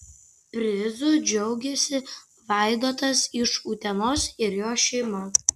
prizu džiaugiasi vaidotas iš utenos ir jo šeima